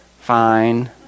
Fine